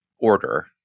order